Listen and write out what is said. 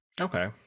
Okay